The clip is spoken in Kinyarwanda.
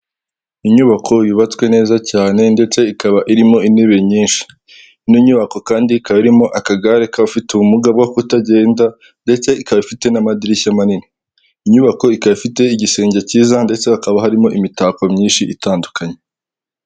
Inyubako yubatswe neza cyane ndetse ikaba irimo intebe nyinshi, ino nyubako kandi ikaba irimo akagare k'abafite ubumuga bwo kutagenda ndetse ikaba ifite n'amadirishya manini, inyubako ikaba ifite igisenge cyiza ndetse hakaba harimo imitako myinshi itandukanye.